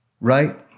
right